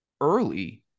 early